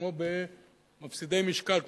כמו במפסידי משקל,